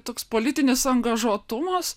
toks politinis angažuotumas